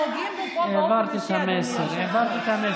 פוגעים בי פה באופן אישי, אדוני היושב-ראש.